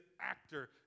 actor